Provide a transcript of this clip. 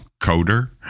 coder